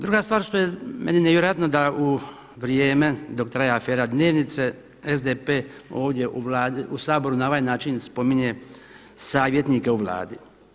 Druga stvar što je meni nevjerojatno da u vrijeme dok traje afera dnevnice SDP ovdje u Vladi, u Saboru na ovaj način spominje savjetnike u Vladi.